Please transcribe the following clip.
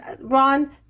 Ron